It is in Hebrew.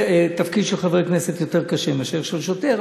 בתפקיד של חברי כנסת יותר קשה מאשר של שוטר,